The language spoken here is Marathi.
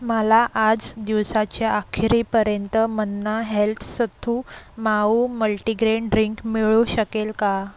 मला आज दिवसाच्या अखेरीपर्यंत Manna health sattu maavu multigrain drink मिळू शकेल का